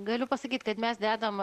galiu pasakyt kad mes dedam